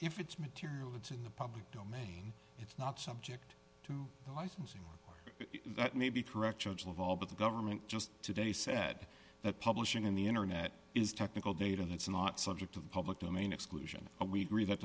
if it's material it's in the public domain it's not subject to the licensing that may be correct judge of all but the government just today said that publishing in the internet is technical data and it's not subject to the public domain exclusion we read that